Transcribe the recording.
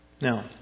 Now